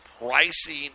pricing